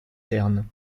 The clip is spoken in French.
ternes